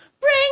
Bring